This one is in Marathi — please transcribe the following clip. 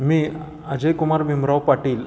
मी अजयकुमार भीमराव पाटील